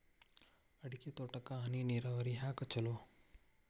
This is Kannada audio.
ಅಡಿಕೆ ತೋಟಕ್ಕ ಹನಿ ನೇರಾವರಿಯೇ ಯಾಕ ಛಲೋ?